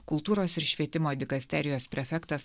kultūros ir švietimo dikasterijos prefektas